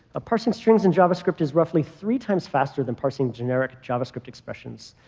ah parsing strings in javascript is roughly three times faster than parsing generic javascript expressions.